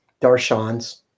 Darshans